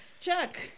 chuck